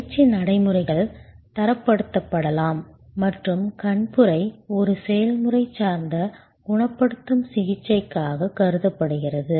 பயிற்சி நடைமுறைகள் தரப்படுத்தப்படலாம் மற்றும் கண்புரை ஒரு செயல்முறை சார்ந்த குணப்படுத்தும் சிகிச்சையாக கருதப்படுகிறது